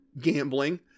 gambling